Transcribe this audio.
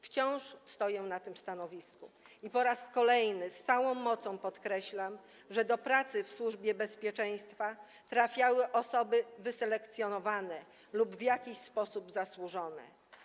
Wciąż stoję na tym stanowisku i po raz kolejny z całą mocą podkreślam, że do pracy w Służbie Bezpieczeństwa trafiały osoby wyselekcjonowane lub w jakiś sposób zasłużone.